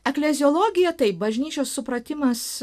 ekleziologija taip bažnyčios supratimas